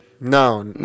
No